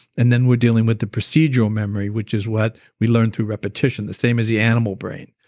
and then we're dealing with the procedural memory, which is what we learn through repetition, the same as the animal brain.